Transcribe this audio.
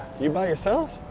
you by yourself?